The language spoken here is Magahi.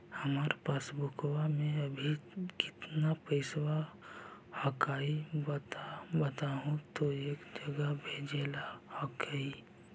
हमार पासबुकवा में अभी कितना पैसावा हक्काई बताहु तो एक जगह भेजेला हक्कई?